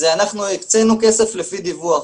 אנחנו הקצינו כסף לפי דיווח.